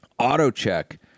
AutoCheck